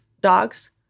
dogs